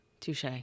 Touche